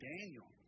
Daniel